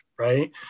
Right